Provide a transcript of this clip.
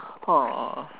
oh